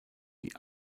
die